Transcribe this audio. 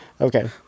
Okay